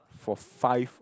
for five